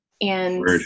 And-